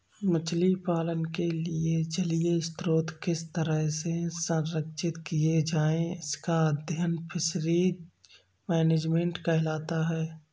मछली पालन के लिए जलीय स्रोत किस तरह से संरक्षित किए जाएं इसका अध्ययन फिशरीज मैनेजमेंट कहलाता है